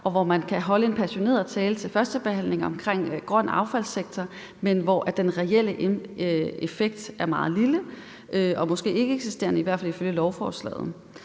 og hvor man kan holde en passioneret tale ved førstebehandlingen om en grøn affaldssektor, men hvor den reelle effekt er meget lille og måske ikkeeksisterende, i hvert fald ifølge lovforslaget.